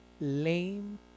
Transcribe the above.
lame